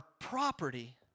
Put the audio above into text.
property